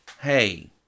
hey